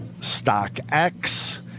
StockX